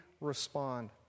respond